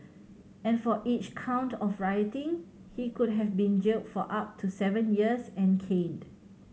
and for each count of rioting he could have been jailed for up to seven years and caned